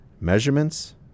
Measurements